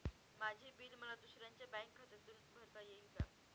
माझे बिल मला दुसऱ्यांच्या बँक खात्यातून भरता येईल का?